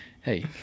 Hey